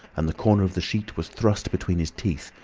and the corner of the sheet was thrust between his teeth.